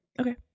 Okay